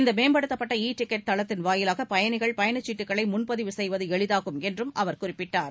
இந்த மேம்படுத்தப்பட்ட e ticket தளத்தின் வாயிலாக பயணிகள் பயணச்சீட்டுகளை முன்பதிவு செய்வது எளிதாகும் என்று அவர் குறிப்பிட்டார்